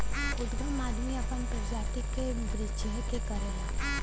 उदगम आदमी आपन प्रजाति के बीच्रहे के करला